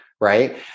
right